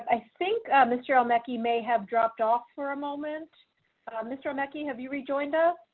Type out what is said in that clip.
i think mr mackey may have dropped off for a moment mr mackey, have you rejoined us